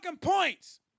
points